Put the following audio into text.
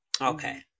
Okay